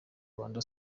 rwanda